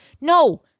no